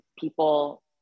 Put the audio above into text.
people